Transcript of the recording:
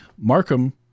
Markham